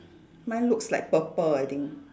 mine looks like purple I think